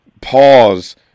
pause